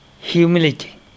Humility